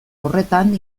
horretan